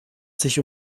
sich